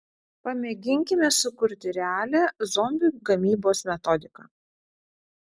pamėginkime sukurti realią zombių gamybos metodiką